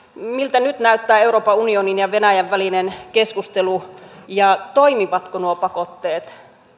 miltä nyt näyttää euroopan unionin ja venäjän välinen keskustelu ja toimivatko nuo pakotteet